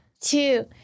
two